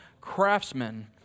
craftsmen